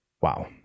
Wow